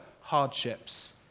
hardships